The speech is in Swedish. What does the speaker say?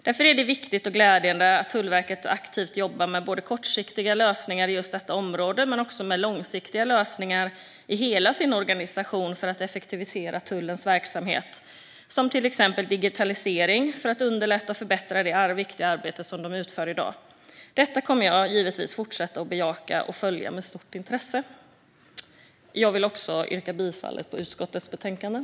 Därför är det viktigt och glädjande att Tullverket aktivt jobbar med både med kortsiktiga lösningar i just detta område och med långsiktiga lösningar i hela sin organisation för att effektivisera tullens verksamhet. Det gäller till exempel digitalisering för att underlätta och förbättra det viktiga arbete som tullen utför i dag. Detta kommer jag givetvis att fortsätta att bejaka och följa med stort intresse. Jag yrkar bifall till utskottets förslag i betänkandet.